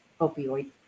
opioid